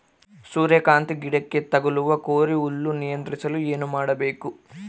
ಸೂರ್ಯಕಾಂತಿ ಗಿಡಕ್ಕೆ ತಗುಲುವ ಕೋರಿ ಹುಳು ನಿಯಂತ್ರಿಸಲು ಏನು ಮಾಡಬೇಕು?